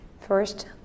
First